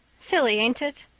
silly, ain't it?